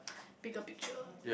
bigger picture